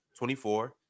24